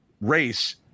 race